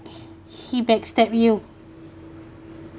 he backstab you